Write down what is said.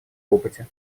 опыте